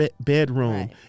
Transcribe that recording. bedroom